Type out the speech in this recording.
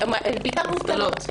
בעיקר מובטלות.